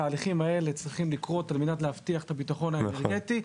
התהליכים האלה צריכים לקרות על מנת להבטיח את הביטחון האנרגטי.